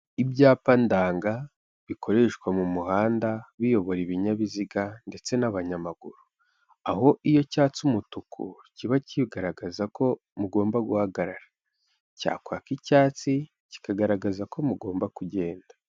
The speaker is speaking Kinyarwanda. Ibyapa ndanga bikoreshwa mu muhanda biyobora ibinyabiziga ndetse n'abanyamaguru, aho iyo cyatse umutuku kiba kigaragaza ko mugomba guhagarara, cyakwaka icyatsi kikagaragaza ko mugomba kugenda.